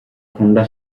honda